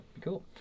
cool